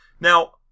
Now